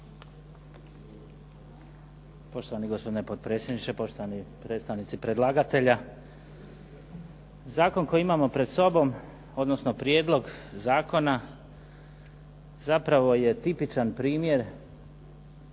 Poštovani gospodine potpredsjedniče. Poštovani predstavnici predlagatelja. Zakon koji imamo pred sobom, odnosno prijedlog zakona, zapravo je tipičan primjer